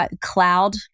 cloud